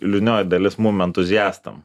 liūdnoji dalis mum entuziastam